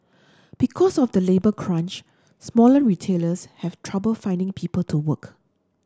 because of the labour crunch smaller retailers have trouble finding people to work